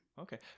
okay